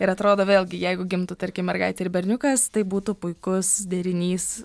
ir atrodo vėlgi jeigu gimtų tarkim mergaitė ir berniukas tai būtų puikus derinys